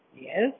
Yes